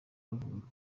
buvuga